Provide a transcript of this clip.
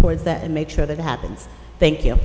towards that and make sure that happens thank you